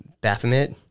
Baphomet